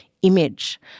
Image